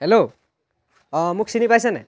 hello অ' মোক চিনি পাইছে নাই